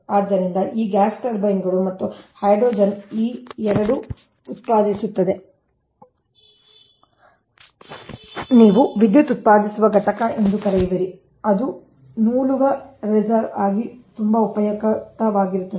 ಆದ್ದರಿಂದ ಈ ಗ್ಯಾಸ್ ಟರ್ಬೈನ್ಗಳು ಮತ್ತು ಹೈಡ್ರೋಜನ್ ಈ 2 ಉತ್ಪಾದಿಸುತ್ತದೆ ನೀವು ವಿದ್ಯುತ್ ಉತ್ಪಾದಿಸುವ ಘಟಕ ಎಂದು ಕರೆಯುವಿರಿ ಅದು ನೂಲುವ ರಿಸರ್ವ್ ಆಗಿ ತುಂಬಾ ಉಪಯುಕ್ತವಾಗಿರುತ್ತದೆ